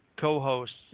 co-hosts